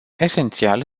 esențial